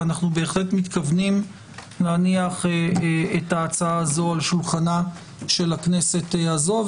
ואנחנו בהחלט מתכוונים להניח את ההצעה הזו על שולחנה של הכנסת הזו.